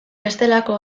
bestelako